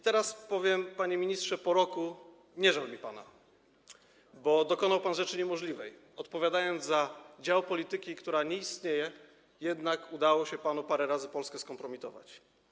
Teraz powiem, panie ministrze, po roku nie żal mi pana, bo dokonał pan rzeczy niemożliwej, odpowiadając za dział polityki, która nie istnieje, udało się panu parę razy Polskę skompromitować.